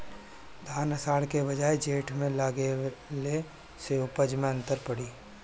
धान आषाढ़ के बजाय जेठ में लगावले से उपज में का अन्तर पड़ी?